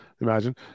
Imagine